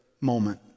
moment